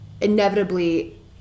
inevitably